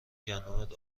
گندمت